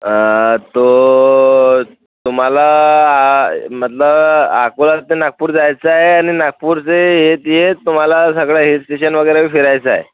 तर तुम्हाला म्हटलं अकोला ते नागपूर जायचं आहे आणि नागपूर ते येत येत तुम्हाला सगळं हिल स्टेशन वगैरे बी फिरायचं आहे